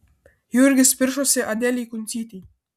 jurgis piršosi adelei kuncytei